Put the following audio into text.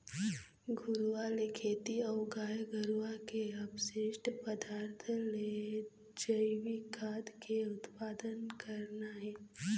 घुरूवा ले खेती अऊ गाय गरुवा के अपसिस्ट पदार्थ ले जइविक खाद के उत्पादन करना हे